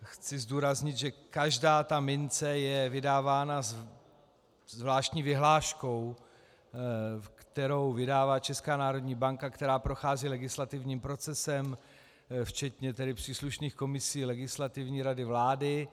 Chci zdůraznit, že každá ta mince je vydávána zvláštní vyhláškou, kterou vydává Česká národní banka, která prochází legislativním procesem včetně příslušných komisí Legislativní rady vlády.